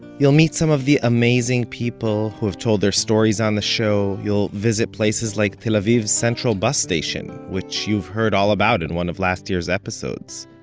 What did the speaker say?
you'll meet some of the amazing people who have told their stories on the show, you'll visit places like tel aviv's central bus station which you've heard all about in one of last year's episodes,